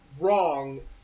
wrong